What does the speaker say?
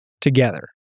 together